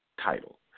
title